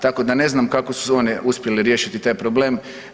Tako da ne znam kako su oni uspjeli riješiti taj problem.